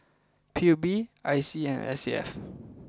P U B I C and S A F